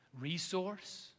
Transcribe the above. Resource